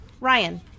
Ryan